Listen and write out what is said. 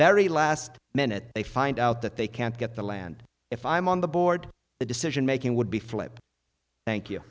very last minute they find out that they can't get the land if i'm on the board the decision making would be flip thank you